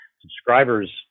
subscribers